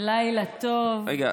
אם כן,